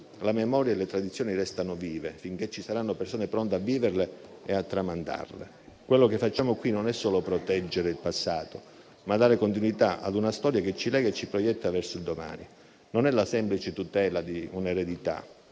la memoria e le tradizioni restano vive finché ci saranno persone pronte a viverle e a tramandarle. Quello che facciamo qui è non solo proteggere il passato, ma dare continuità a una storia che ci lega e ci proietta verso il domani. Non è la semplice tutela di un'eredità,